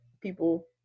people